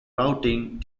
routing